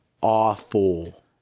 awful